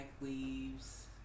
leaves